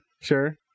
sure